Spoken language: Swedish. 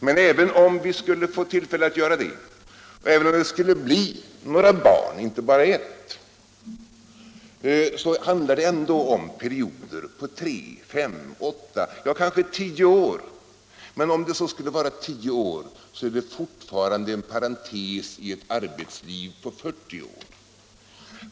Men även om de skulle få tillfälle att göra detta och även om det skulle bli flera barn — inte bara ett — handlar det ändå om perioder få tre, fem eller åtta, kanske tio år. Men om det så skulle vara tio år är det fortfarande en parentes i ett arbetsliv på fyrtio år.